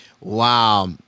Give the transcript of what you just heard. Wow